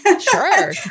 Sure